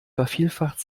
vervielfacht